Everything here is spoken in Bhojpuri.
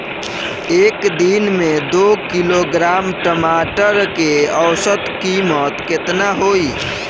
एक दिन में दो किलोग्राम टमाटर के औसत कीमत केतना होइ?